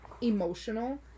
emotional